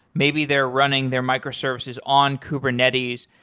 maybe they're running their microservices on kubernetes,